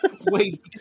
Wait